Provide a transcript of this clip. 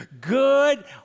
Good